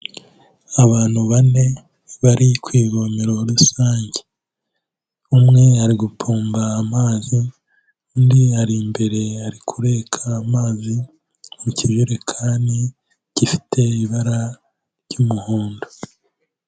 Abantu bane bari ku ivome rusange, umwe ari gupomba amazi, undi ari imbere ari kureka amazi mu kijerekani, gifite ibara ry'umuhondo.